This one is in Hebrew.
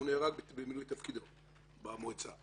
הוא נהרג במילוי תפקידו במועצה.